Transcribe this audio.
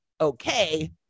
okay